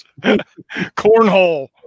cornhole